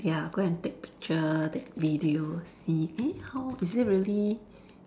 ya go and take picture take video see eh how is it really